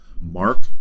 Mark